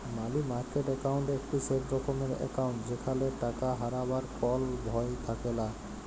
মালি market account একটি safe রকমের account যেখালে টাকা হারাবার কল ভয় থাকেলা